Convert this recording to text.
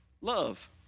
Love